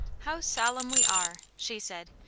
how solemn we are! she said,